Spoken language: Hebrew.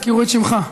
הזכירו את שמך.